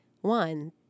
One